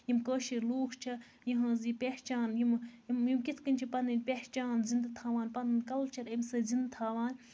یِم کٲشِر لوٗکھ چھِ یِہنز یہِ پہچان یِم یِم یِم کِتھ کَنۍ چھِ پَنٕنۍ یہِ پَہچان زِندٕ تھاوان پنُن کَلچر اَمہِ سۭتۍ زِندٕ تھاوان